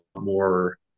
more